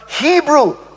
Hebrew